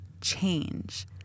change